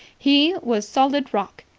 he was solid rock.